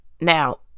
Now